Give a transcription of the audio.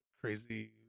crazy